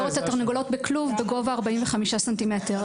את התרנגולות בכלוב בגובה 45 סנטימטרים.